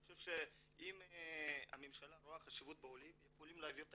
חושב שאם הממשלה רואה חשיבות בעולים היא יכולה להעביר את